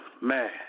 man